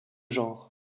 genres